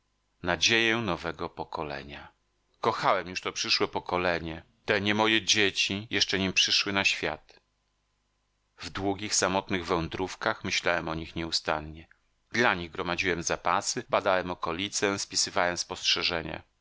nadzieję nowego pokolenia kochałem już to przyszłe pokolenie te nie moje dzieci jeszcze nim przyszły na świat w długich samotnych wędrówkach myślałem o nich nieustannie dla nich gromadziłem zapasy badałem okolicę spisywałem spostrzeżenia